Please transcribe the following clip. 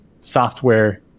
software